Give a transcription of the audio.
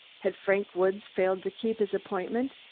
had frank woods failed to keep his appointment,